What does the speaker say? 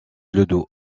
ledoux